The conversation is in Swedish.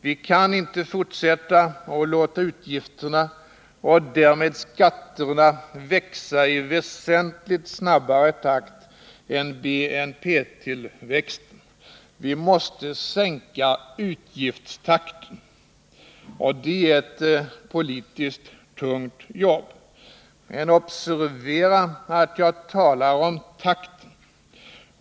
Vi kan inte fortsätta att låta utgifterna och därmed skatterna växa i väsentligt snabbare takt än BNP-tillväxten. Vi måste sänka utgiftstakten, och det är ett politiskt tungt jobb. Observera att jag talar om takten!